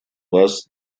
вас